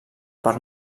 per